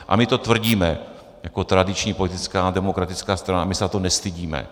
A my to tvrdíme jako tradiční politická demokratická strana a my se za to nestydíme.